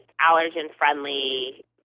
allergen-friendly